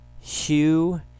Hugh